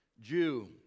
Jew